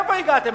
מאיפה הגעתם?